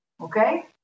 Okay